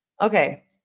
Okay